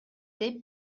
деп